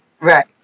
Right